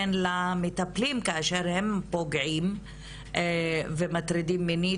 למטפלים כאשר הם פוגעים ומטרידים מינית,